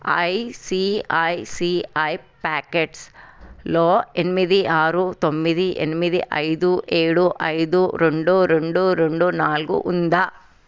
ICICI ప్యాకెట్స్లో ఎనిమిది ఆరు తొమ్మిది ఎనిమిది ఐదు ఏడు ఐదు రెండు రెండు రెండు నాలుగు ఉందా